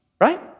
right